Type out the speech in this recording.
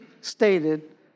stated